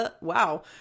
wow